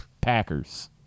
Packers